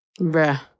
Bruh